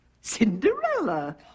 Cinderella